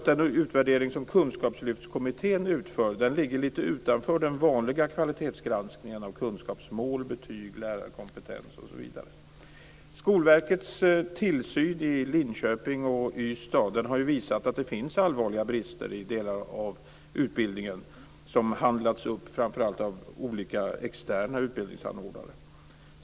Den utvärdering som Kunskapslyftskommittén utför ligger lite utanför den vanliga kvalitetsgranskningen av kunskapsmål, betyg, lärarkompetens, osv. Skolverkets tillsyn i Linköping och i Ystad har visat att det finns allvarliga brister i delar av utbildningen som handlats upp framför allt av olika externa utbildningsanordnare.